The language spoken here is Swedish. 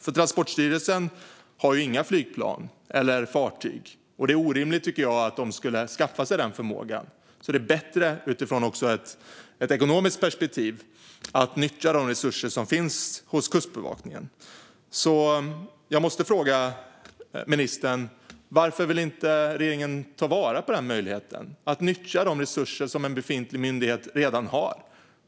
Transportstyrelsen har ju inga flygplan eller fartyg, och jag tycker att det är orimligt att de ska skaffa sig den förmågan. Det är bättre också utifrån ett ekonomiskt perspektiv att nyttja de resurser som finns hos Kustbevakningen. Jag måste fråga ministern varför regeringen inte vill ta vara på denna möjlighet. Varför inte nyttja de resurser som en befintlig myndighet redan har?